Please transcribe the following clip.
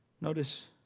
Notice